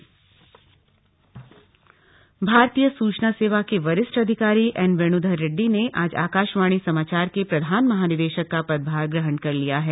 प्रधान महानिदेशक आकाशवाणी भारतीय सूचना सेवा के वरिष्ठ अधिकारी एन वेण्धर रेड्डी ने आज आकाशवाणी समाचार के प्रधान महानिदेशक का पदभार ग्रहण कर लिया है